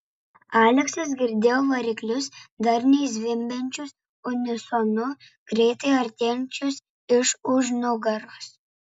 aleksas girdėjo variklius darniai zvimbiančius unisonu greitai artėjančius iš už nugaros